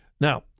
Now